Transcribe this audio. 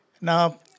Now